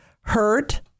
hurt